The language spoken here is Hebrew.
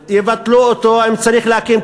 והעלו וירדו וחזרו.